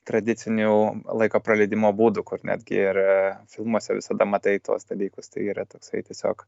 tradicinių laiko praleidimo būdų kur netgi ir filmuose visada matai tuos dalykus tai yra toksai tiesiog